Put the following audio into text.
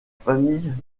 famille